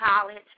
college